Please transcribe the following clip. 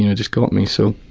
you know just got me. so